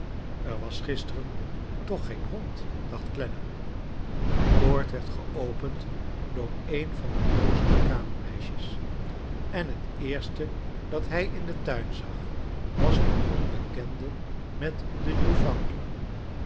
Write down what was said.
er was gisteren toch geen hond j dacht clennam de poort werd geopend door een van de blozende ka j mermeisjes en het eerste dat hij in den tuin zag was de onbekende met den